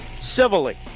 Civilly